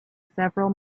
several